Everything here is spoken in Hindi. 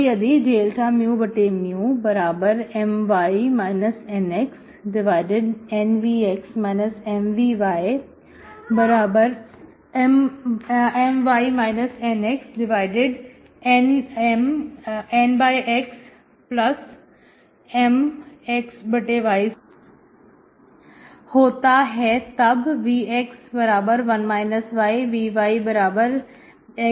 तो यदि dμMy NxNvx MvyMy NxNyMxy2 होता है तब vx1yvyxy2 क्या है